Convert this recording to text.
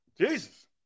Jesus